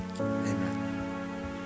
Amen